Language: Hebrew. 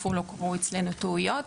טפו לא קרו אצלנו טעויות.